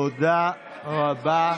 תודה רבה.